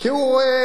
כי הוא רואה,